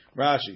Rashi